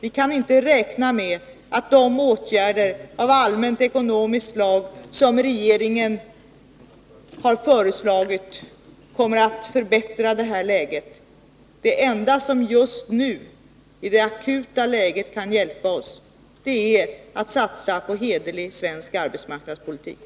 Vi kan inte räkna med att de åtgärder av allmänt ekonomiskt slag som regeringen har föreslagit kommer att förbättra detta läge. Det enda som just nu, i det akuta läget, kan hjälpa oss är att vi satsar på hederlig svensk arbetsmarknadspolitik.